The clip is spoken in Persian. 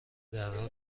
درها